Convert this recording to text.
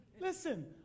Listen